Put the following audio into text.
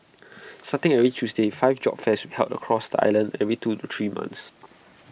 starting every Tuesday five job fairs will be held across the island every two to three months